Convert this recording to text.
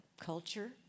culture